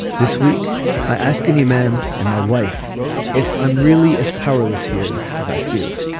this week i ask any man and my wife if i'm really as powerless here as i feel